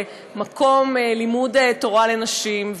מקום לימוד תורה לנשים.